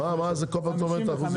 55%. מה זה כל פעם תורת האחוזים?